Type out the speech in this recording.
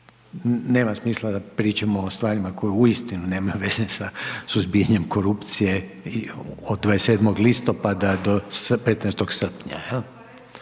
nema smisla da pričamo o stvarima koje uistinu nemaju veze sa suzbijanjem korupcije i od 27. listopada do 15. srpnja.